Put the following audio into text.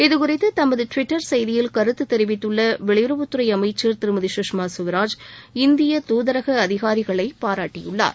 இதுகுறித்து தமது டுவிட்டர் செய்தியில் கருத்து தெரிவித்துள்ள வெளியுறவுத்துறை அமைச்சர் திருமதி சுஷ்மா ஸ்வராஜ் இந்திய தூதரக அதிகாரிகளை பாராட்டியுள்ளார்